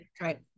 right